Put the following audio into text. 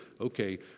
okay